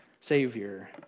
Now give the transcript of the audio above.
Savior